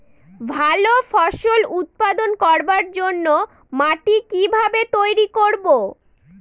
ভালো ফসল উৎপাদন করবার জন্য মাটি কি ভাবে তৈরী করব?